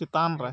ᱪᱮᱛᱟᱱ ᱨᱮ